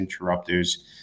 interrupters